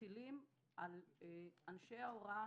שמטילים על אנשי ההוראה